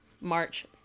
March